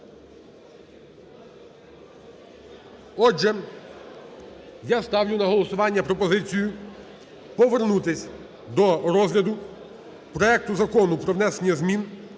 Отже, я ставлю на голосування пропозицію повернутись до розгляду проекту Закону про внесення змін